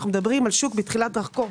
אנחנו מדברים על שוק בתחילת דרכו.